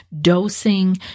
dosing